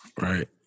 Right